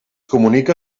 comunica